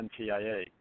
NTIA